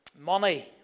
Money